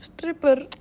Stripper